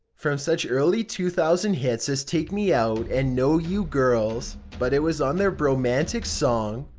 from such early two thousand hits as take me out and no you girls. but it was on their bromantic song,